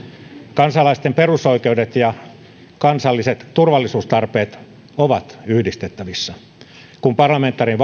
kansalaisten perusoikeudet ja kansalliset turvallisuustarpeet ovat yhdistettävissä kun parlamentaarinen